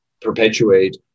perpetuate